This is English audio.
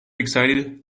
excited